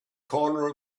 corner